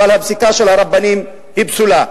אבל הפסיקה של הרבנים היא פסולה.